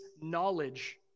knowledge